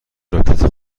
راکت